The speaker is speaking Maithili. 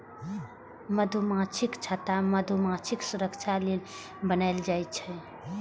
मधुमाछीक छत्ता मधुमाछीक सुरक्षा लेल बनाएल जाइ छै